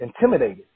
intimidated